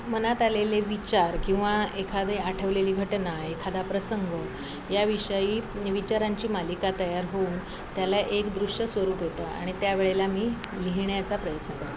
मनात आलेले विचार किंवा एखादे आठवलेली घटना एखादा प्रसंग याविषयी विचारांची मालिका तयार होऊन त्याला एक दृश्य स्वरूप येतं आणि त्यावेळेला मी लिहिण्याचा प्रयत्न करतो